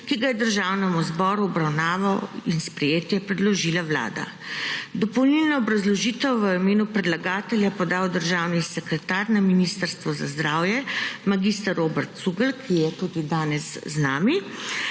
ki ga je Državnemu zboru v obravnavo in sprejetje predložila Vlada. Dopolnilno obrazložitev v imenu predlagatelja je podal državni sekretar na Ministrstvu za zdravje mag. Robert Cugelj, ki je tudi danes z nami,